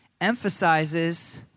emphasizes